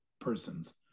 persons